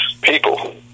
people